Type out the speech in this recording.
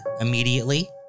immediately